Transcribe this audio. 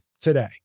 today